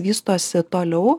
vystosi toliau